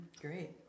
great